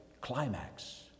climax